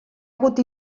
hagut